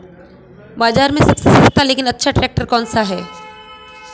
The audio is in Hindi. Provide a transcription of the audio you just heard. बाज़ार में सबसे सस्ता लेकिन अच्छा ट्रैक्टर कौनसा है?